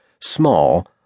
small